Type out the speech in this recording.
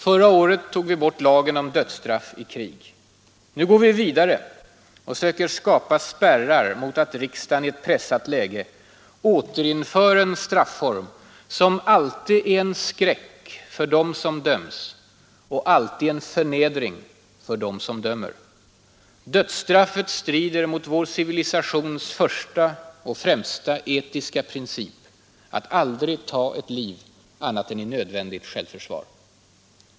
Förra året tog vi bort lagen om dödsstraff i krig. Nu går vi vidare och söker skapa spärrar mot att riksdagen i ett pressat läge återinför en strafform som alltid är en skräck för dem som döms och alltid en förnedring för dem som dömer. Dödsstraffet strider mot vår civilisations första och främsta etiska princip: att aldrig ta ett liv annat än i nödvändigt självförsvar.